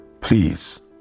Please